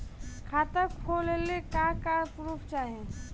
खाता खोलले का का प्रूफ चाही?